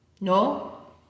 No